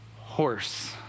horse